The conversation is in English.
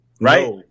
right